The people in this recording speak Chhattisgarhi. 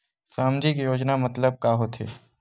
सामजिक योजना मतलब का होथे?